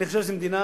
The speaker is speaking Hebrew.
אני חושב שזו מדינה,